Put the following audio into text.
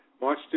March